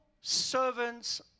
servants